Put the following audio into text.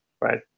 right